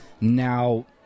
Now